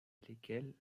lesquels